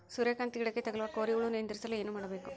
ಸೂರ್ಯಕಾಂತಿ ಗಿಡಕ್ಕೆ ತಗುಲುವ ಕೋರಿ ಹುಳು ನಿಯಂತ್ರಿಸಲು ಏನು ಮಾಡಬೇಕು?